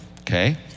okay